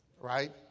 Right